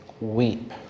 weep